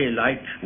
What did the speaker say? light